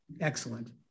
Excellent